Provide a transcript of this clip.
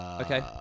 Okay